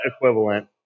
equivalent